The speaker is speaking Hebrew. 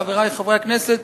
חברי חברי הכנסת,